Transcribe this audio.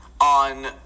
on